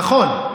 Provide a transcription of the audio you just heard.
נכון.